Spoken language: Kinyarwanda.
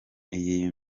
iyi